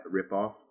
ripoff